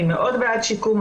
אני מאוד בעד שיקום,